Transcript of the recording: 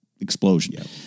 explosion